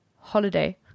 holiday